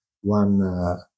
one